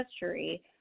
history